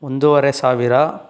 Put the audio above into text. ಒಂದೂವರೆ ಸಾವಿರ